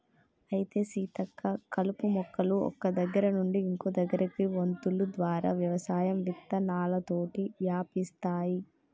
అయితే సీతక్క కలుపు మొక్కలు ఒక్క దగ్గర నుండి ఇంకో దగ్గరకి వొంతులు ద్వారా వ్యవసాయం విత్తనాలతోటి వ్యాపిస్తాయి